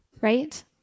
right